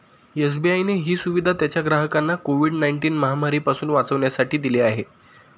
SBI ने ही सुविधा त्याच्या ग्राहकांना कोविड नाईनटिन महामारी पासून वाचण्यासाठी दिली आहे